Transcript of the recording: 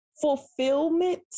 fulfillment